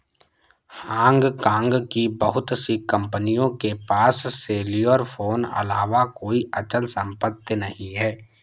Hong Kong की बहुत सी कंपनियों के पास सेल्युलर फोन अलावा कोई अचल संपत्ति नहीं है